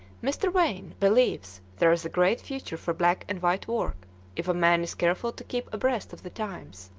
mr. wain believes there is a great future for black and white work if a man is careful to keep abreast of the times.